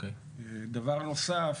דבר נוסף,